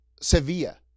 Sevilla